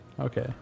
Okay